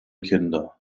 kinder